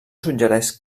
suggereix